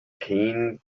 keen